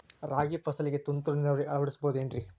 ರಾಗಿ ಫಸಲಿಗೆ ತುಂತುರು ನೇರಾವರಿ ಅಳವಡಿಸಬಹುದೇನ್ರಿ?